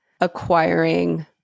acquiring